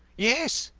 yes.